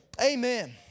Amen